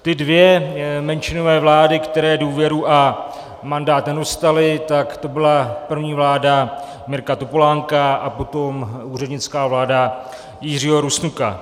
Ty dvě menšinové vlády, které důvěru a mandát nedostaly, tak to byla první vláda Mirka Topolánka a potom úřednická vláda Jiřího Rusnoka.